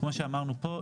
כמו שאמרנו פה,